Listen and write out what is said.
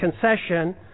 concession